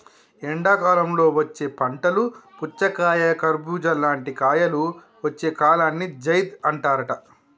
ఎండాకాలంలో వచ్చే పంటలు పుచ్చకాయ కర్బుజా లాంటి కాయలు వచ్చే కాలాన్ని జైద్ అంటారట